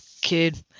Kid